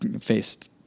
Faced